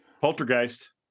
poltergeist